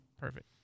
Perfect